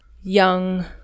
young